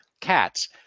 cats